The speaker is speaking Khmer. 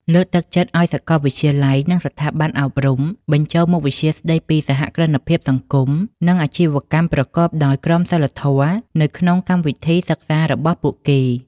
លើកទឹកចិត្តឱ្យសាកលវិទ្យាល័យ និងស្ថាប័នអប់រំ បញ្ចូលមុខវិជ្ជាស្តីពីសហគ្រិនភាពសង្គម និងអាជីវកម្មប្រកបដោយក្រមសីលធម៌នៅក្នុងកម្មវិធីសិក្សារបស់ពួកគេ ។